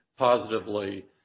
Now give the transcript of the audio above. Positively